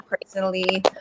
personally